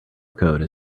code